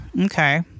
okay